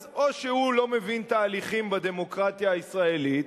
אז או שהוא לא מבין תהליכים בדמוקרטיה הישראלית,